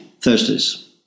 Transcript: Thursdays